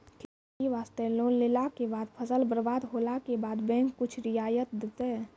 खेती वास्ते लोन लेला के बाद फसल बर्बाद होला के बाद बैंक कुछ रियायत देतै?